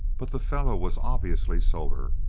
but the fellow was obviously sober.